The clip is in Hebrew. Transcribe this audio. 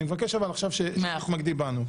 אני מבקש אבל עכשיו שתתמקדי בנו.